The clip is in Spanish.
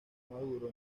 maduro